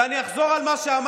ואני אחזור על מה שאמרתי,